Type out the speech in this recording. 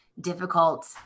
difficult